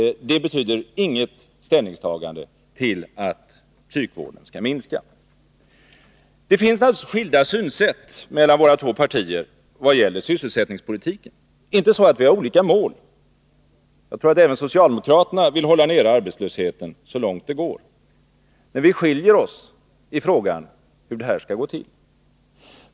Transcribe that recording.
Det betyder inget ställningstagande att psykvården skall minska. Det finns naturligtvis skillnader i synsättet mellan våra två partier vad gäller sysselsättningspolitiken. Det är inte så att vi har olika mål. Jag tror att även socialdemokraterna vill hålla nere arbetslösheten så långt det går. Men vi har skilda uppfattningar om hur det skall gå till.